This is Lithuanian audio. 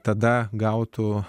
tada gautų